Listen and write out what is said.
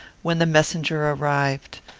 when the messenger arrived.